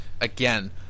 Again